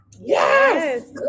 Yes